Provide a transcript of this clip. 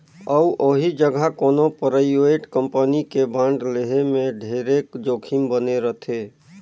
अउ ओही जघा कोनो परइवेट कंपनी के बांड लेहे में ढेरे जोखिम बने रथे